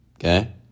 Okay